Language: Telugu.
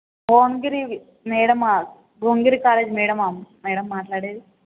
భువనగిరి మ్యాడమా భువనగిరి కాలేజ్ మ్యాడమా మ్యాడమ్ మాట్లాడేది